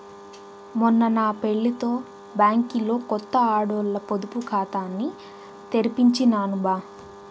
మొన్న నా పెళ్లితో బ్యాంకిలో కొత్త ఆడోల్ల పొదుపు కాతాని తెరిపించినాను బా